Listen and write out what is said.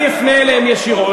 אפנה אליהם ישירות,